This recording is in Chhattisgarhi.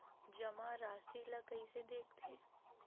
जमा राशि ला कइसे देखथे?